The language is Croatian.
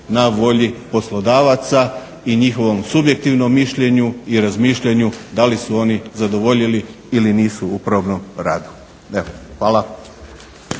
na volji poslodavaca i njihovom subjektivnom mišljenju i razmišljanju da li su oni zadovoljili ili nisu u probnom radu. Evo,